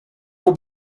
will